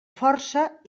força